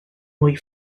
mwy